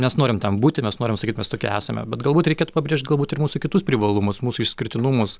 mes norim ten būti mes norim sakyt mes tokie esame bet galbūt reikėtų pabrėžt galbūt ir mūsų kitus privalumus mūsų išskirtinumus